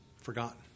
forgotten